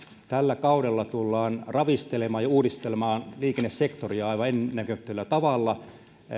tällä kaudella tullaan ravistelemaan ja uudistelemaan liikennesektoria aivan ennennäkemättömällä tavalla